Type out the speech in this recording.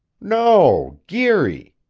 no geary.